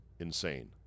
insane